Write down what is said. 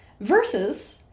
Versus